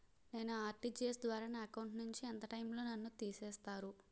నేను ఆ.ర్టి.జి.ఎస్ ద్వారా నా అకౌంట్ నుంచి ఎంత టైం లో నన్ను తిసేస్తారు?